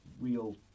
real